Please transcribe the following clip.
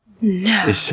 No